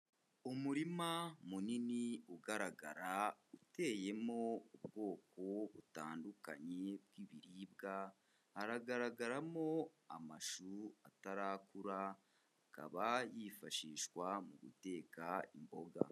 Umurima munini ugaragara uteyemo ubwoko butandukanye bw'ibiribwa, haragaragaramo amashu atarakura akaba yifashishwa mu guteka imboga.